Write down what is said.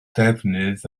defnydd